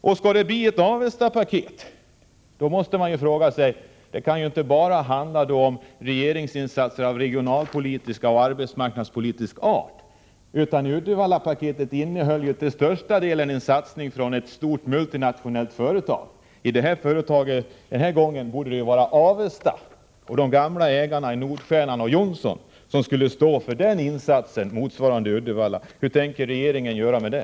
Om det skall bli ett Avestapaket, då kan det inte bara handla om regeringsinsatser av regionalpolitisk och arbetsmarknadspolitisk art. Uddevallapaketet innehöll ju till största delen en satsning från ett stort multinationellt företag. I det här fallet borde det vara Avesta AB och de gamla ägarna i Nordstjernan och Johnson som skulle stå för en motsvarande insats. Hur ser regeringen på det?